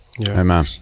Amen